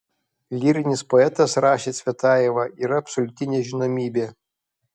lyrinis poetas rašė cvetajeva yra absoliuti nežinomybė